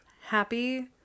Happy